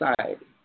society